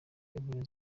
uburinzi